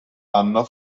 anno